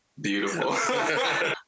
Beautiful